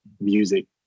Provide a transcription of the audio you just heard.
music